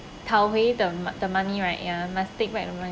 tau huay the the money right ya must take back the money